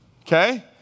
Okay